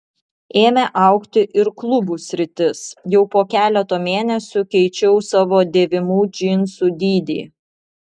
ėmė augti ir klubų sritis jau po keleto mėnesių keičiau savo dėvimų džinsų dydį